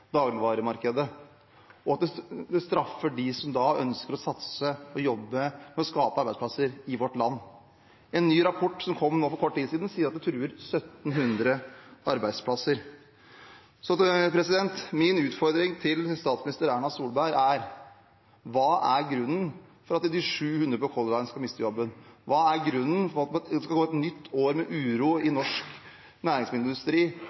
dagligvaremarkedet, og at en straffer dem som da ønsker å satse på og jobbe for å skape arbeidsplasser i vårt land? En ny rapport som kom for kort tid siden, sier at den truer 1 700 arbeidsplasser. Min utfordring til statsminister Erna Solberg er: Hva er grunnen til at de 700 på Color Line skal miste jobben? Hva er grunnen til at man skal gå inn i et nytt år med uro i norsk næringsmiddelindustri?